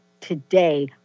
today